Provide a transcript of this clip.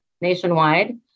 nationwide